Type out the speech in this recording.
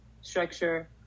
structure